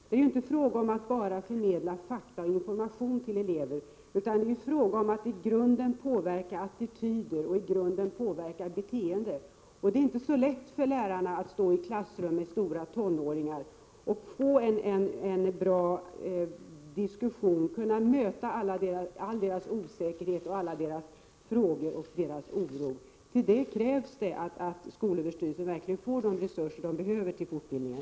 Det är inte bara fråga om att förmedla fakta och information till elever, utan det är fråga om att i grunden påverka attityder och att i grunden påverka beteenden. Det är inte så lätt för lärarna att stå i klassrum med stora tonåringar och få i gång en bra diskussion, kunna möta all deras osäkerhet, alla deras frågor och deras oro. Till det krävs det att skolöverstyrelsen verkligen får de resurser som behövs till fortbildningen.